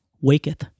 waketh